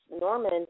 Norman